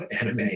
anime